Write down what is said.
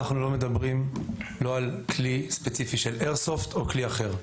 אנחנו לא מדברים על כלי ספציפי של איירסופט או כלי אחר.